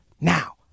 Now